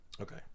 Okay